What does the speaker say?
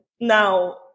Now